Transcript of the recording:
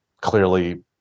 clearly